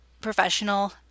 professional